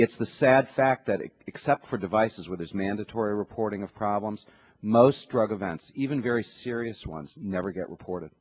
it's the sad fact that except for devices where there's mandatory reporting of problems most drug offenses even very serious ones never get reported